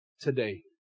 today